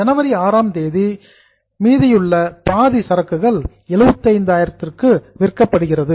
ஜனவரி 6ஆம் தேதி ரிமைநிங் மீதியுள்ள பாதி சரக்குகள் 75000 க்கு விற்கப்படுகிறது